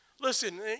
listen